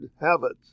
habits